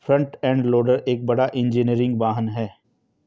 front end loader एक बड़ा engineering वाहन है